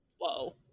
Whoa